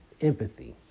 Empathy